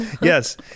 Yes